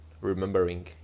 Remembering